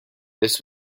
this